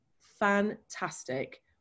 fantastic